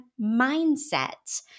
mindset